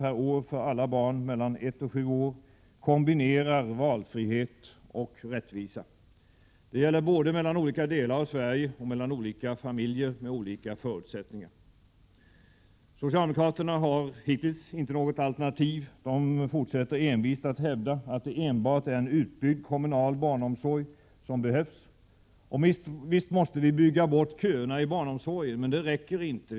per år för alla barn mellan 1 och 7 år kombinerar valfrihet med rättvisa. Det gäller både mellan olika delar av Sverige och mellan olika familjer med olika förutsättningar. Socialdemokraterna har inte något alternativ. De fortsätter envist att hävda att det enbart behövs en utbyggd kommunal barnomsorg. Visst måste vi bygga bort köerna till barnomsorgen. Men det räcker inte.